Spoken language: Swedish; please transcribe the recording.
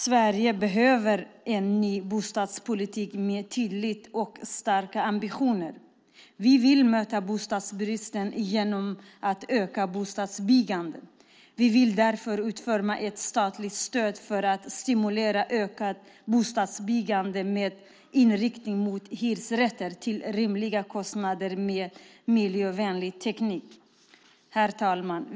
Sverige behöver en ny bostadspolitik med tydliga och starka ambitioner. Vi vill möta bostadsbristen genom att öka bostadsbyggandet. Vi vill därför utforma ett statligt stöd för att stimulera ökat bostadsbyggande med inriktning mot hyresrätter till rimliga kostnader och med miljövänlig teknik. Herr talman!